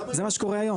זה מה שקורה היום.